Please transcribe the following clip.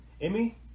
Emmy